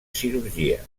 cirurgia